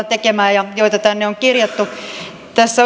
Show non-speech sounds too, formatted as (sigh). (unintelligible) tekemään ja joita tänne on kirjattu tässä (unintelligible)